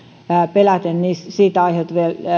peläten siitä aiheutuvia